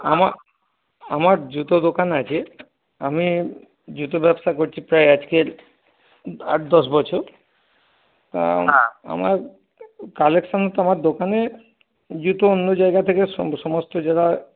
আমার আমার জুতো দোকান আছে আমি জুতো ব্যবসা করছি প্রায় আজকের আট দশ বছর তা আমার কালেকশান তো আমার দোকানে জুতো অন্য জায়গা থেকে সমস্ত যারা